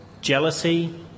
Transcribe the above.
jealousy